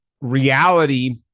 Reality